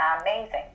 amazing